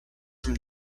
from